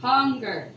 Hunger